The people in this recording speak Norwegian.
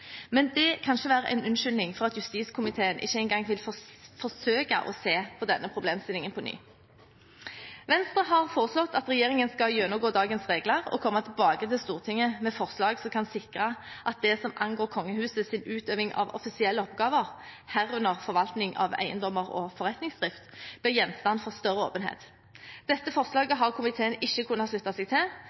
Men det kan ikke være en unnskyldning for at justiskomiteen ikke engang vil forsøke å se på denne problemstillingen på ny. Venstre har foreslått at regjeringen skal gjennomgå dagens regler og komme tilbake til Stortinget med forslag som kan sikre at det som angår kongehusets utøving av offisielle oppgaver, herunder forvaltning av eiendommer og forretningsdrift, blir gjenstand for større åpenhet. Dette forslaget har komiteen ikke kunnet slutte seg til,